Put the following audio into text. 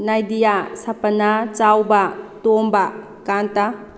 ꯅꯥꯏꯗꯤꯌꯥ ꯁꯄꯅꯥ ꯆꯥꯎꯕ ꯇꯣꯝꯕ ꯀꯥꯟꯇꯥ